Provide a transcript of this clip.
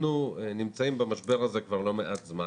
אנחנו נמצאים במשבר הזה כבר לא מעט זמן,